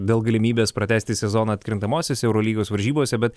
dėl galimybės pratęsti sezoną atkrintamosiose eurolygos varžybose bet